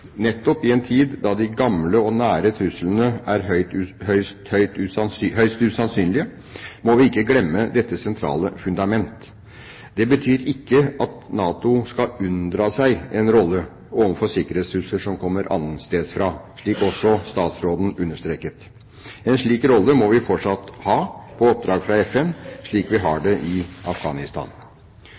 Nettopp i en tid hvor de gamle og nære truslene er høyst usannsynlige, må vi ikke glemme dette sentrale fundamentet. Det betyr ikke at NATO skal unndra seg en rolle overfor sikkerhetstrusler som kommer annensteds fra, slik også statsråden understreket. En slik rolle må vi fortsatt ha, på oppdrag fra FN, slik vi har det i Afghanistan.